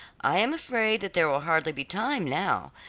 i am afraid that there will hardly be time now,